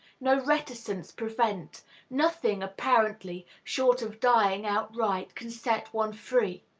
no reticence prevent nothing, apparently, short of dying outright, can set one free.